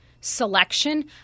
selection